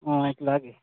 ᱚᱸᱻ ᱮᱠᱞᱟ ᱜᱮ